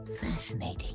Fascinating